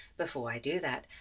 before i do that,